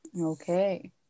Okay